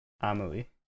amelie